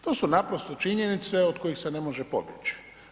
To su naprosto činjenice od kojih se ne može pobjeći.